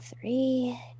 three